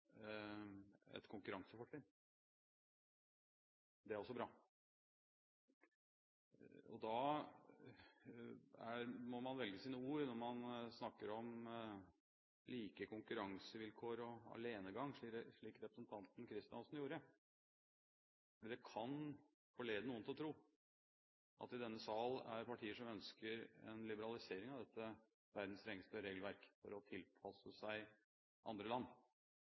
et konkurransefortrinn. Det er også bra. Da må man velge sine ord når man snakker om like konkurransevilkår og alenegang, slik representanten Kristiansen gjorde. Det kan forlede noen til å tro at det i denne sal er partier som ønsker en liberalisering av dette verdens strengeste regelverk for å tilpasse seg andre land.